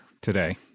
today